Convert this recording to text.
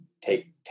take